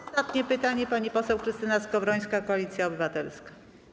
Ostatnie pytanie, pani poseł Krystyna Skowrońska, Koalicja Obywatelska.